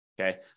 Okay